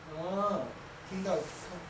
orh 听到